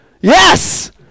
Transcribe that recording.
Yes